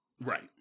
right